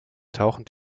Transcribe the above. tauchen